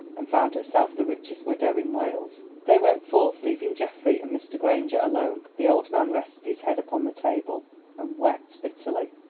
and found herself the richest widow in wales. they went forth, leaving geoffrey and mr. granger alone. the old man rested his head upon the table and wept bitterly.